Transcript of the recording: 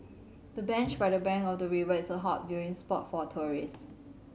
the bench by the bank of the river is a hot viewing spot for tourist